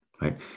right